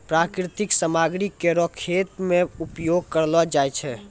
प्राकृतिक सामग्री केरो खेत मे उपयोग करलो जाय छै